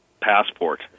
passport